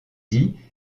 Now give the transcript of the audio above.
dit